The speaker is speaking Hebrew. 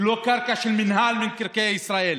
היא לא קרקע של מינהל מקרקעי ישראל.